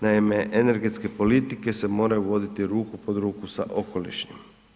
Naime, energetske politike se moraju voditi ruku pod ruku sa okolišnom.